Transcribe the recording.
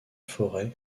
forêt